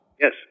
Yes